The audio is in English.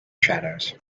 shadows